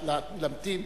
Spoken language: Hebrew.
להמתין.